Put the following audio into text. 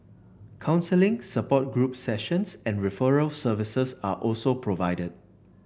counselling support group sessions and referral services are also provided